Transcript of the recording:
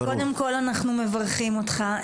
אז קודם כל אנחנו מברכים אותך.